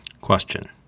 Question